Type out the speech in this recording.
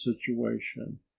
situation